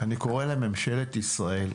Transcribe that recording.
אני קורא לממשלת ישראל: